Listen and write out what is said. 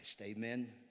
Amen